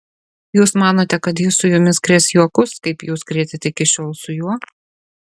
jūs manote kad jis su jumis krės juokus kaip jūs krėtėte iki šiol su juo